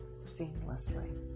seamlessly